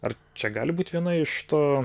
ar čia gali būt viena iš to